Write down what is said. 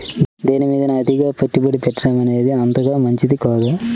దేనిమీదైనా అతిగా పెట్టుబడి పెట్టడమనేది అంతగా మంచిది కాదు